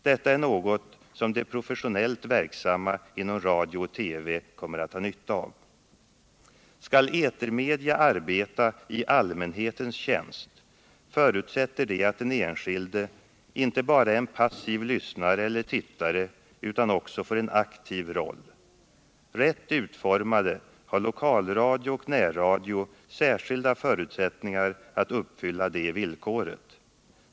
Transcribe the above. Detta är något som de professionellt verksamma inom radio och TV kommer att ha nytta av. Skall etermedia arbeta ”i allmänhetens tjänst” förutsätter det att den enskilde inte bara är en passiv lyssnare eller tittare utan också får en aktiv roll. Rätt utformade har lokalradio och närradio särskilda förutsättningar att uppfylla det villkoret.